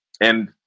And-